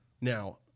Now